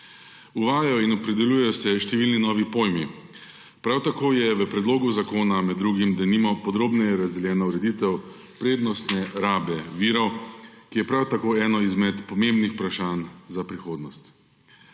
Uvajajo in opredeljujejo se številni novi pojmi. Prav tako je v predlogu zakona med drugim, denimo, podrobneje razdeljena ureditev prednostne rabe virov, ki je prav tako eno izmed pomembnih vprašanj za prihodnost.